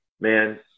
man